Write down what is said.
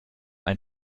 ein